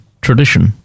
tradition